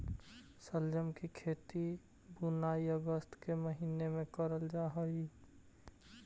शलजम की खेती बुनाई अगस्त के महीने में करल जा हई